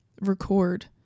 record